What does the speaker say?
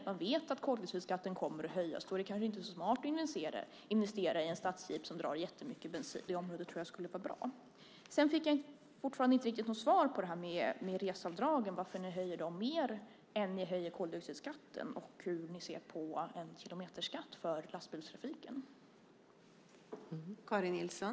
Om man vet att koldioxidskatten kommer att höjas kanske det inte är så smart att investera i en stadsjeep som drar jättemycket bensin, utan man kanske köper en lite mindre bil i stället. En ökad tydlighet på det området tror jag skulle vara bra. Jag har fortfarande inte fått något riktigt svar på frågan varför ni höjer reseavdragen mer än ni höjer koldioxidskatten och hur ni ser på en kilometerskatt för lastbilstrafiken.